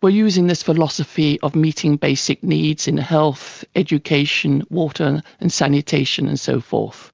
were using this philosophy of meeting basic needs in health, education, water and sanitation and so forth.